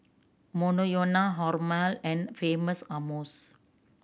Monoyono Hormel and Famous Amos